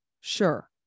Sure